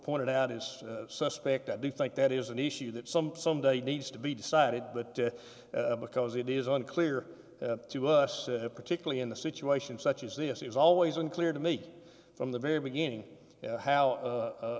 pointed out as suspect i do think that is an issue that some some day needs to be decided but because it is unclear to us particularly in the situation such as this is always unclear to me from the very beginning how